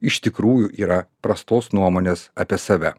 iš tikrųjų yra prastos nuomonės apie save